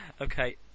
Okay